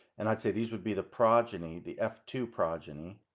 and i'd say these would be the progeny the f two progeny.